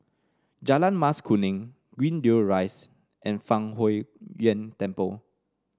Jalan Mas Kuning Greendale Rise and Fang Huo Yuan Temple